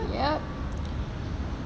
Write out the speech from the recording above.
yup